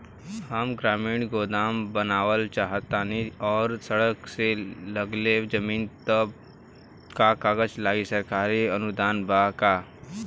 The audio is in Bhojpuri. हम ग्रामीण गोदाम बनावल चाहतानी और सड़क से लगले जमीन बा त का कागज लागी आ सरकारी अनुदान बा का?